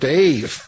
Dave